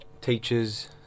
teachers